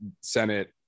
Senate